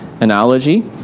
analogy